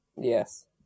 Yes